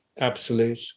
absolute